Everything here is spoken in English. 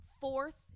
Fourth